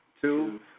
two